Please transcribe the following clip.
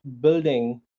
building